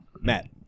matt